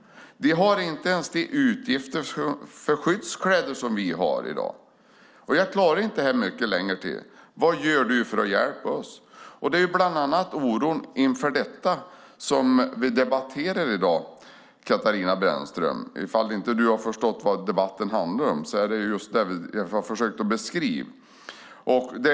De har inte ens de utgifter för skyddskläder som vi har i dag. Jag klarar inte det här mycket längre. Vad gör du för att hjälpa oss? Det är bland annat oron inför detta som vi debatterar i dag, Katarina Brännström. Om du inte har förstått vad debatten handlar om är det just det som jag har försökt beskriva.